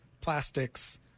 plastics